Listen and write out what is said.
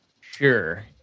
Sure